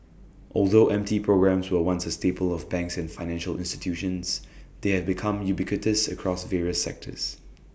although M T programmes were once A staple of banks and financial institutions they have become ubiquitous across various sectors